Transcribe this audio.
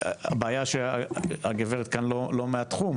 הבעיה שהגברת כאן לא מהתחום,